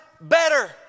better